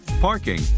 parking